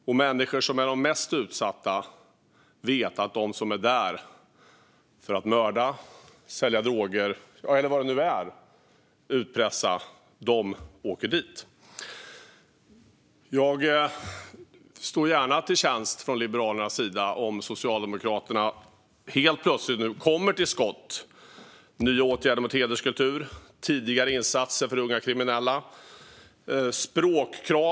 Och de mest utsatta människorna vet att de som är där för att mörda, sälja droger, utpressa och så vidare åker dit. Jag står gärna till tjänst från Liberalernas sida om Socialdemokraterna helt plötsligt kommer till skott med nya åtgärder mot hederskultur, tidigare insatser för unga kriminella och språkkrav.